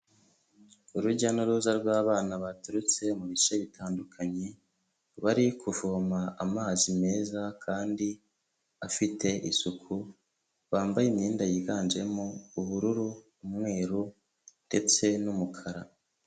Urujya n'uruza rw'abana baturutse mu bice bitandukanye bari kuvoma amazi meza kandi afite isuku, bambaye imyenda yiganjemo ubururu umweru ndetse n'umukara.